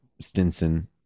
Stinson